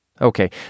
Okay